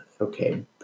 okay